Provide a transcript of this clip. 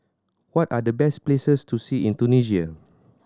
what are the best places to see in Tunisia